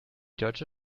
deutsche